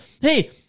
hey